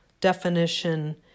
definition